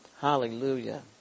Hallelujah